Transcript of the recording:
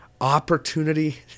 Opportunity